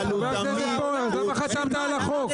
אז למה חתמת על החוק?